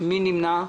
מי נמנע?